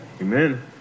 Amen